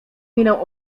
miną